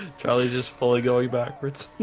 charlie's just fully going backwards.